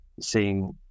seeing